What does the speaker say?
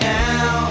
now